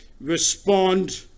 respond